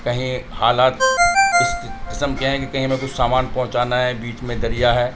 کہیں حالات اس قسم کے ہیں کہ کہیں ہمیں کچھ سامان پہنچانا ہے بیچ میں دریا ہے